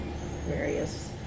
various